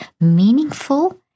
meaningful